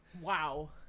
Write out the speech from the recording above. Wow